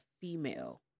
female